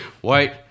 white